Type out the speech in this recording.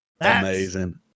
Amazing